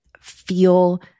feel